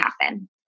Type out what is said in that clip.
happen